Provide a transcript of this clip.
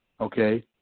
Okay